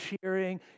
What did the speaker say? cheering